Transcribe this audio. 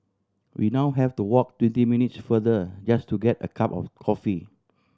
we now have to walk twenty minutes farther just to get a cup of coffee